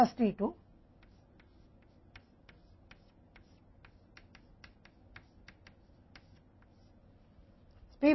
P में Minus D को t 1 plus t 2 के साथ जोड़ सकते हैं